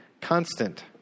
constant